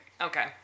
Okay